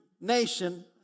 nation